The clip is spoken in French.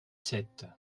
sept